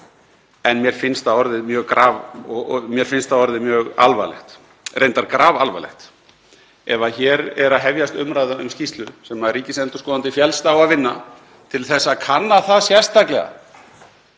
En mér finnst það orðið mjög alvarlegt, reyndar grafalvarlegt, ef hér er að hefjast umræða um skýrslu sem ríkisendurskoðandi féllst á að vinna, til að kanna það sérstaklega